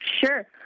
sure